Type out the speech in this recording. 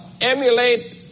emulate